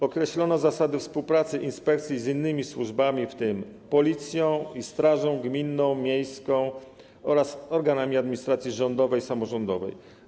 Określono zasady współpracy inspekcji z innymi służbami, w tym z Policją i strażą gminną (miejską), oraz organami administracji rządowej i samorządowej.